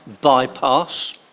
bypass